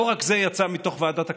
לא רק זה יצא מתוך ועדת הקורונה,